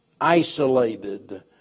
isolated